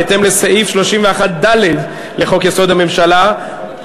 בהתאם לסעיף 31(ד) לחוק-יסוד: הממשלה,